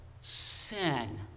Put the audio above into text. sin